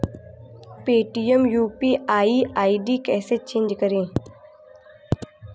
Paytm UPI ID कैसे change करें?